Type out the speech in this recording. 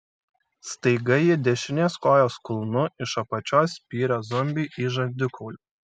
staiga ji dešinės kojos kulnu iš apačios spyrė zombiui į žandikaulį